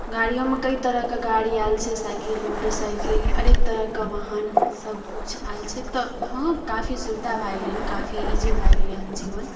गाड़ियोमे कए तरहक गाड़ी आयल छै साइकिल मोटरसाइकिल अनेक तरहक वाहन सब कुछ आयल छै तब हँ काफी सुविधा भै गेलै हन काफी इजी भै गेलै हन जीवन